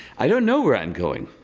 i don't know where i'm going.